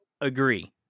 agree